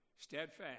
Steadfast